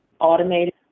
automated